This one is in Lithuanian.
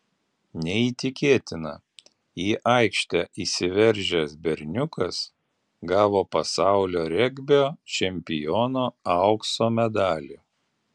neįtikėtina į aikštę įsiveržęs berniukas gavo pasaulio regbio čempiono aukso medalį